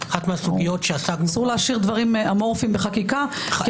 אסור להשאיר דברים אמורפיים בחקיקה כי